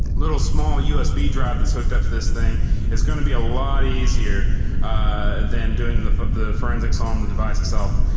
little small usb drive that is hooked up to this thing is going to be a lot easier than doing the the forensics on ah um the device itself.